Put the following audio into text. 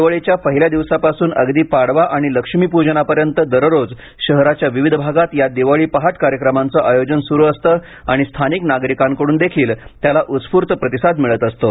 दिवाळीच्या पहिल्या दिवसापासून अगदी पाडवा आणि लक्ष्मीपूजनापर्यंत दररोज शहराच्या विविध भागात या दिवाळी पहाट कार्यक्रमांचं आयोजन सुरू असतं आणि स्थानिक नागरिकांकडूनही त्याला उत्स्फूर्त प्रतिसाद मिळत असतो